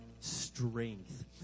strength